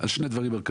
דבר אחד